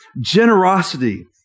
generosity